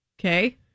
Okay